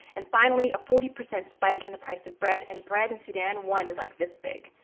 and finally a forty percent spike in the price of bread. and bread in sudan, one, is like this big,